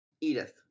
Edith